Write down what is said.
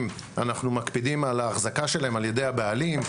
אנחנו מקפידים על ההחזקה שלהם על ידי הבעלים,